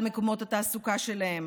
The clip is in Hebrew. אל מקומות התעסוקה שלהם,